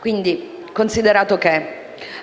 Si consideri che,